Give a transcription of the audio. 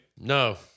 No